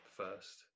first